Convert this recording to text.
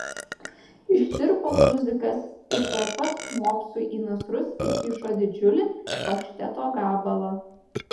ištirpo tuzikas ir tuoj pat mopsui į nasrus įkišo didžiulį pašteto gabalą